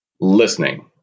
listening